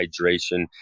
hydration